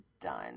Done